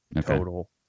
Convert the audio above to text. total